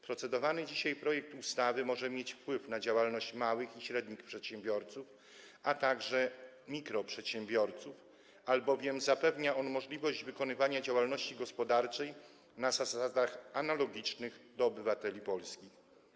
Procedowany dzisiaj projekt ustawy może mieć wpływ na działalność małych i średnich przedsiębiorców, a także mikroprzedsiębiorców, albowiem zapewnia on możliwość wykonywania działalności gospodarczej na zasadach analogicznych do tych obowiązujących obywateli polskich.